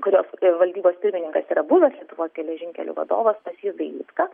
kurios valdybos pirmininkas yra buvęs lietuvos geležinkelių vadovas stasys dailydka